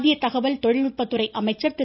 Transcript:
மத்திய தகவல் தொழில் நுட்பத்துறை அமைச்சர் திரு